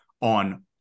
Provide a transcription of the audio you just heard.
on